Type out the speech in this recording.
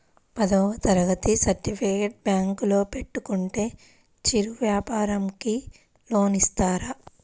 పదవ తరగతి సర్టిఫికేట్ బ్యాంకులో పెట్టుకుంటే చిరు వ్యాపారంకి లోన్ ఇస్తారా?